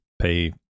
pay